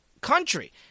country